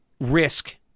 risk